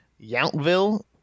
Yountville